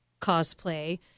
cosplay